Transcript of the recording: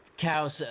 cows